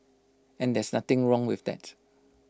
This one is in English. and there's nothing wrong with that